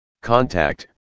Contact